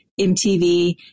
MTV